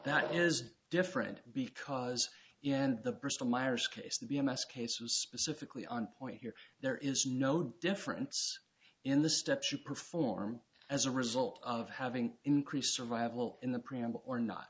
that is different because in the bristol myers case the b m s cases specifically on point here there is no difference in the steps you perform as a result of having increased survival in the preamble or not